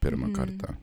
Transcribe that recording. pirmą kartą